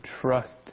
trust